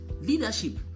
Leadership